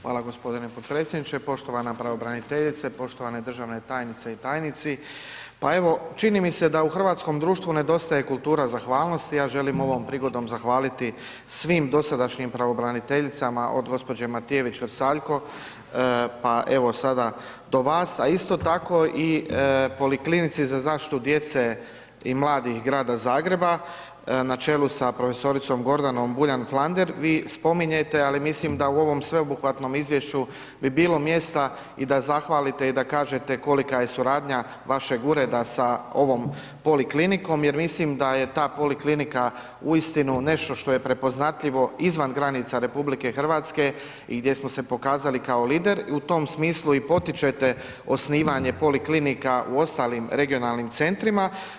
Hvala gospodine potpredsjedniče, poštovana pravobraniteljice, poštovane državne tajnice i tajnici, pa evo čini mi se da u hrvatskom društvu nedostaje kultura zahvalnosti, ja želim ovom prigodom zahvaliti svim dosadašnjim pravobraniteljicama od gospođe Matijević Vrsaljko, pa evo sada do vas, a isto tako i Poliklinici za zaštitu djece i mladih Grada Zagreba na čelu sa profesoricom Gordanom Buljan Flander, vi spominjete, ali mislim da u ovom sveobuhvatnom izvješću bi bilo mjesta i da zahvalite i da kažete kolika je suradnja vašeg ureda sa ovom poliklinikom jer mislim da je ta poliklinika uistinu nešto što je prepoznatljivo izvan granica RH i gdje smo se pokazali kao lider i u tom smislu i potičete osnivanje poliklinika u ostalim regionalnim centrima.